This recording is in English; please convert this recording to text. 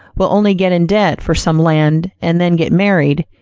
will only get in debt for some land and then get married,